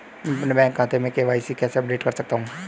मैं अपने बैंक खाते में के.वाई.सी कैसे अपडेट कर सकता हूँ?